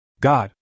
God